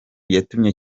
yatumye